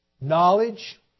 knowledge